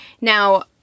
Now